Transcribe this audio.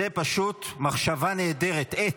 זו פשוט מחשבה נהדרת, עט.